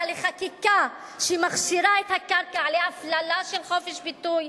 לחקיקה שמכשירה את הקרקע להפללה של חופש ביטוי,